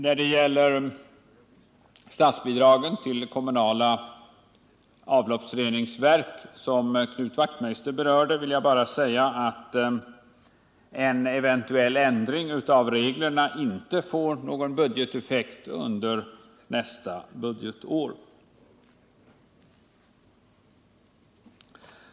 När det gäller statsbidragen till kommunala avloppsreningsverk, som Knut Wachtmeister berörde, vill jäg bara säga att en eventuell ändring av reglerna inte får någon budgeteffekt under nästa budgetår.